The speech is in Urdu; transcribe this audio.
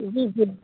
جی جی